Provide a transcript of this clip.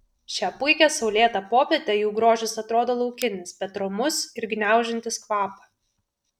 šią puikią saulėtą popietę jų grožis atrodo laukinis bet romus ir gniaužiantis kvapą